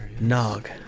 Nog